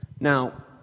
Now